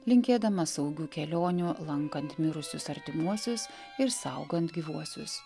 linkėdama saugių kelionių lankant mirusius artimuosius ir saugant gyvuosius